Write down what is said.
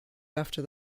after